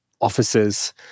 officers